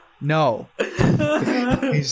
no